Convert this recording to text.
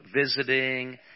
visiting